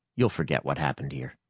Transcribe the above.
you'll forget what happened here.